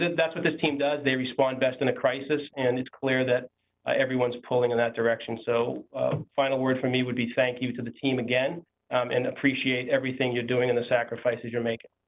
that's what this team does they respond best in a crisis and it's clear everyone is pulling in that direction, so final word from me would be thank you to the team again and appreciate everything you're doing and the sacrifices you're making.